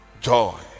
joy